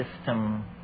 system